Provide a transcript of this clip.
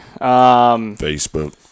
Facebook